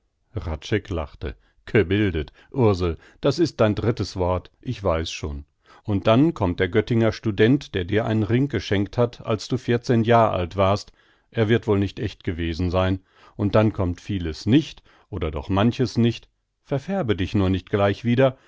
lachte gebildet ursel das ist dein drittes wort ich weiß schon und dann kommt der göttinger student der dir einen ring geschenkt hat als du vierzehn jahr alt warst er wird wohl nicht echt gewesen sein und dann kommt vieles nicht oder doch manches nicht verfärbe dich nur nicht gleich wieder